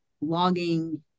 logging